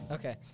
Okay